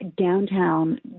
downtown